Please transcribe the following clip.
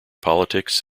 politics